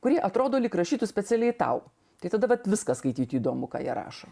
kurie atrodo lyg rašytų specialiai tau tai tada vat viską skaityti įdomu ką jie rašo